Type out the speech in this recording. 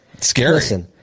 scary